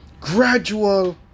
Gradual